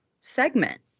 segment